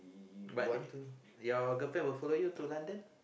but your girlfriend will follow you to London